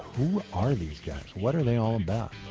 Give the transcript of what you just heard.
who are these guys? what are they all about?